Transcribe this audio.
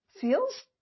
feels